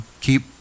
keep